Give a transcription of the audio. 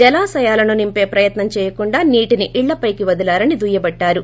జలాశయాలను నింపే ప్రయత్నం చేయకుండా నీటిని ఇళ్లపైకి వదిలారని దుయ్యబట్టారు